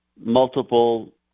multiple